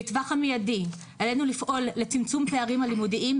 בטווח המיידי עלינו לפעול לצמצום הפערים הלימודיים,